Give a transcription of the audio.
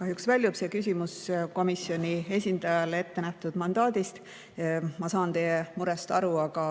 Kahjuks väljub see küsimus komisjoni esindajale ettenähtud mandaadist. Ma saan teie murest aru, aga